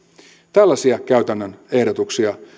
tällaisia käytännön ehdotuksia